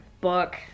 book